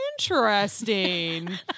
interesting